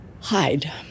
hide